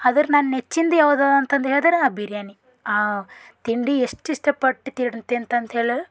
ಆದರ ನಂದು ನೆಚ್ಚಿನದು ಯಾವುದು ಅಂತಂದು ಹೇಳ್ದ್ರೆ ಆ ಬಿರ್ಯಾನಿ ಆ ತಿಂಡಿ ಎಷ್ಟು ಇಷ್ಟಪಟ್ಟು ತಿಂತೆ ಅಂತೇಳರ